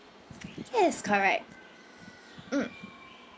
yes correct mm